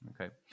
Okay